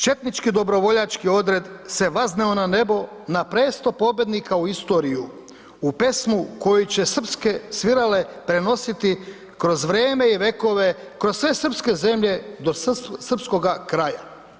Četnički dobrovoljački odred se nazneo na nebo na presto pobednika u istoriju u pesmu koju će srpske svirale prenositi kroz vreme i vekove, kroz sve srpske zemlje do srpskoga kraja.